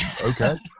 okay